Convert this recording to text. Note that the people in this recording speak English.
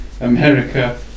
America